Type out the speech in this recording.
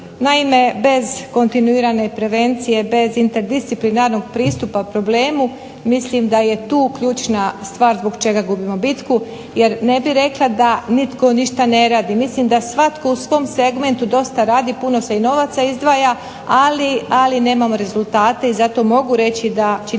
Naime, bez kontinuirane prevencije, bez interdisciplinarnog pristupa problemu mislim da je tu ključna stvar zbog čega gubimo bitku jer ne bi rekla da nitko ništa ne radi, mislim da svatko u svom segmentu dosta radi, puno se i novaca izdvaja, ali nemamo rezultate i zato mogu reći čini